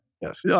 yes